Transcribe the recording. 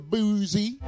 Boozy